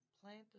Plant